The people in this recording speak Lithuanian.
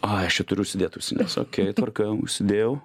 ai aš čia turiu užsidėti ausines okei tvarka užsidėjau